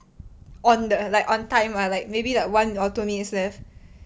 on the like on time or like maybe like one or two minutes left